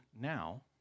now